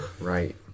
Right